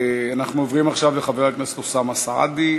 אנחנו עוברים עכשיו לחבר הכנסת אוסאמה סעדי.